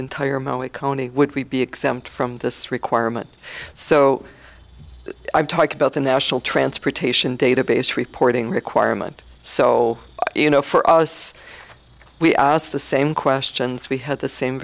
county would we be exempt from this requirement so i talk about the national transportation database reporting requirement so you know for us we asked the same questions we had the same